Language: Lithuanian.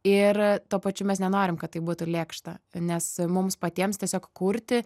ir tuo pačiu mes nenorim kad tai būtų lėkšta nes mums patiems tiesiog kurti